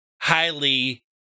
highly